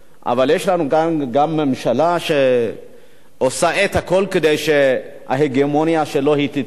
אבל יש לנו גם ממשלה שעושה את הכול כדי שההגמוניה שלו תתממש,